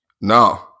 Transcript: No